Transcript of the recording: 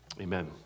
Amen